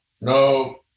No